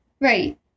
Right